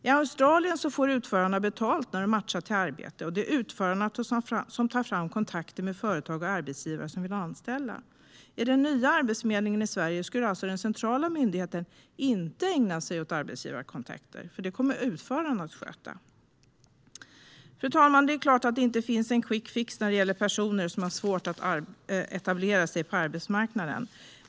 I Australien får utförarna betalt när de matchar till arbete, och det är utförarna som tar fram kontakten med företag och arbetsgivare som vill anställa. I den nya Arbetsförmedlingen i Sverige skulle alltså den centrala myndigheten inte ägna sig åt arbetsgivarkontakter, för det kommer utförarna att sköta. Fru talman! Det är klart att det inte finns någon quickfix när det gäller personer som har svårt att etablera sig på arbetsmarknaden.